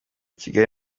kigali